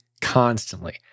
constantly